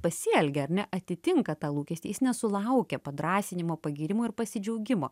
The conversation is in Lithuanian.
pasielgia ar ne atitinka tą lūkestį jis nesulaukia padrąsinimo pagyrimo ir pasidžiaugimo